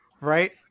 Right